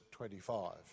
25